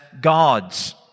gods